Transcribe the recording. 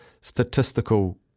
statistical